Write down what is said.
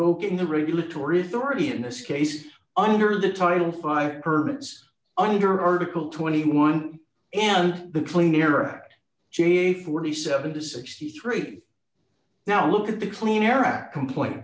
the regulatory authority in this case under the title five permits under article twenty one and the clean air act ga forty seven to sixty three now look at the clean air act complain